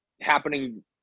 happening